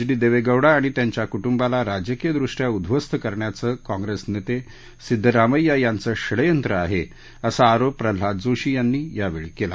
D दक्षितींडा आणि त्यांच्या कुंदुंबाला राजकीयदृष्ट्या उध्वस्त करण्याचं काँप्रस्तीनस्ती सिद्धरामध्या यांचं षड्यंत्र आह विसा आरोप प्रल्हाद जोशी यांनी यावछी कली